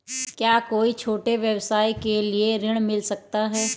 क्या कोई छोटे व्यवसाय के लिए ऋण मिल सकता है?